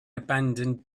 abandoned